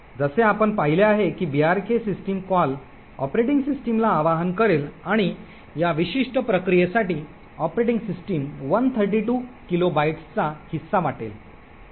जसे आपण पाहिले आहे की brk सिस्टम कॉल ऑपरेटिंग सिस्टमला आवाहन करेल आणि या विशिष्ट प्रक्रियेसाठी ऑपरेटिंग सिस्टम 132 किलोबाइट्सचा हिस्सा वाटेल